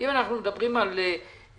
אם אנחנו מדברים על סובסידיה,